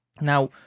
Now